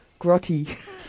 grotty